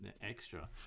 extra